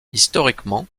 historiquement